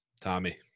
Tommy